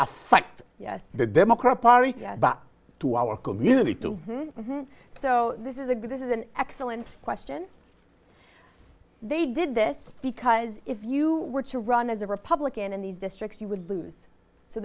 affects yes the democrat party but to our community too so this is a good this is an excellent question they did this because if you were to run as a republican in these districts you would lose so